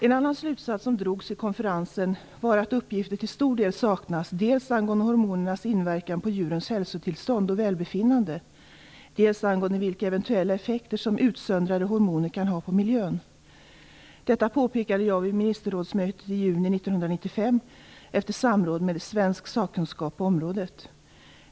En annan slutsats som drogs vid konferensen var att uppgifter till stor del saknas dels angående hormonernas inverkan på djurens hälsotillstånd och välbefinnande, dels angående vilka eventuella effekter som utsöndrade hormoner kan ha på miljön. Detta påpekade jag vid ministerrådsmötet i juni 1995 efter samråd med svensk sakkunskap på området.